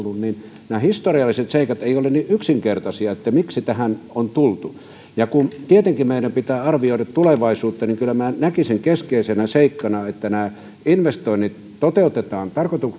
ollut nämä historialliset seikat eivät ole niin yksinkertaisia että miksi tähän on tultu ja kun tietenkin meidän pitää arvioida tulevaisuutta niin kyllä minä näkisin keskeisenä seikkana että nämä investoinnit toteutetaan